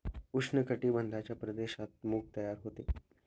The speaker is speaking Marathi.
उष्ण कटिबंधाच्या प्रदेशात मूग तयार होते